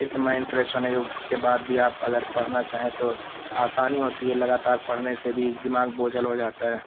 اس سے mind fresh ہونے کے بعد بھی آپ اگر پڑھنا چاہیں تو آسانی ہوتی ہے لگاتار پڑھنے سے بھی دماغ بوجھل ہو جاتا ہے